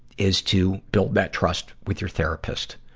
is to build that trust with your therapist.